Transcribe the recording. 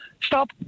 Stop